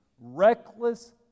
reckless